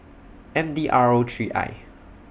M D R O three I